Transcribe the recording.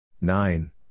nine